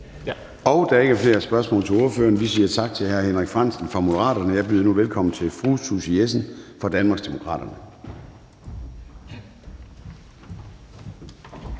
Der er ikke flere spørgsmål til ordføreren, så vi siger tak til hr. Henrik Frandsen fra Moderaterne. Jeg byder nu velkommen til fru Susie Jessen fra Danmarksdemokraterne.